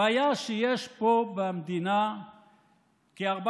הבעיה היא שיש פה במדינה כ-450,000